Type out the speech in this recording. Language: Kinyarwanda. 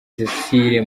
cecile